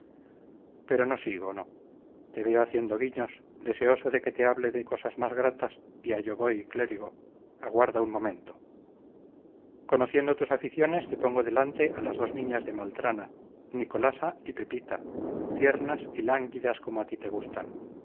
pero no sigo no te veo haciendo guiños deseoso de que te hable de cosas más gratas y a ello voy clérigo aguarda un momento conociendo tus aficiones te pongo delante a las dos niñas de maltrana nicolasa y pepita tiernas y lánguidas como a ti te gustan